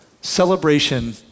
Celebration